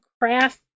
craft